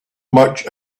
much